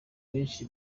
benshi